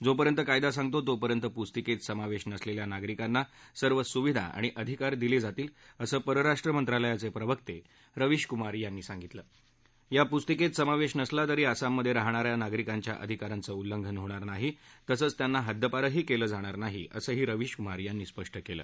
ज्रोपर्यंत कायदा सांगतो तोपर्यंत पुस्तिकत्व समावधीनसलल्खा नागरिकांना सर्व सुविधा आणि अधिकार दिल जातील असं परराष्ट्र मंत्रालयाच प्रवर्त्त रेविश कुमार यांनी म्हटलं आहा प्रा पुस्तिकत्त समावधी नसला तरी आसाममध जिहणा या नागरिकांच्या अधिकारांचं उल्लंघन होणार नाही तसंच त्यांना हद्दपार ही क्ले जाणार नाही असंही रविश कुमार यांनी सांगितलं